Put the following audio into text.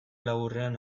laburrean